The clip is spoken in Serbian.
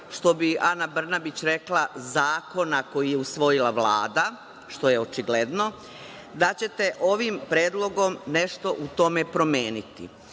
što bi Ana Brnabić rekla, zakona koji je usvojila Vlada, što je očigledno, da ćete ovim Predlogom nešto u tome promeniti. Tačno